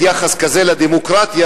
יחס כזה לדמוקרטיה,